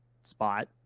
spot